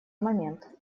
момент